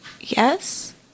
Yes